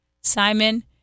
Simon